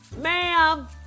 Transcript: Ma'am